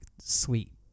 sweet